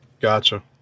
Gotcha